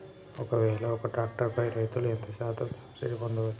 ఒక్కవేల ఒక్క ట్రాక్టర్ పై రైతులు ఎంత శాతం సబ్సిడీ పొందచ్చు?